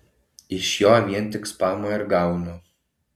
iš jo vien tik spamą ir gaunu